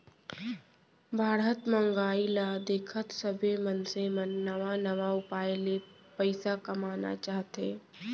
बाढ़त महंगाई ल देखत सबे मनसे मन नवा नवा उपाय ले पइसा कमाना चाहथे